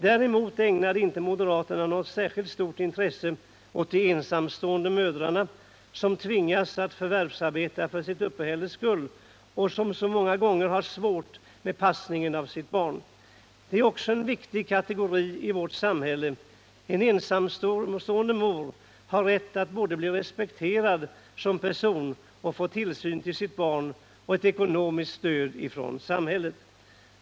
Däremot ägnade inte moderaterna något särskilt stort intresse åt de ensamstående mödrarna, som tvingas att förvärvsarbeta för sitt uppehälles skull och som många gånger har svårt med passningen av sitt barn. De utgör också en viktig kategori i vårt samhälle. En ensamstående mor har rätt att bli respekterad som person, få tillsyn till sitt barn och få ett ekonomiskt stöd från 203 samhället.